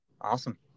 Awesome